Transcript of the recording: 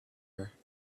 her